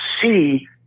see